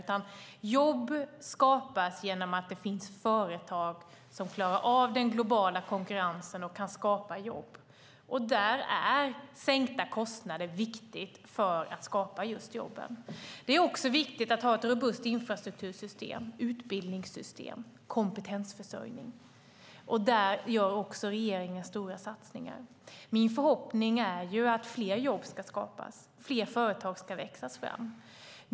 Jobb skapas genom att det finns företag som klarar av den globala konkurrensen och kan skapa jobb. Där är sänkta kostnader viktigt för att skapa jobben. Det är också viktigt att ha ett robust infrastruktursystem, utbildningssystem och kompetensförsörjning. Där gör regeringen också stora satsningar. Min förhoppning är att fler jobb ska skapas och att fler företag ska växa fram.